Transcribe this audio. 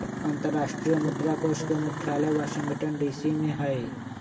अंतरराष्ट्रीय मुद्रा कोष के मुख्यालय वाशिंगटन डीसी में हइ